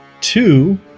two